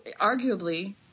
arguably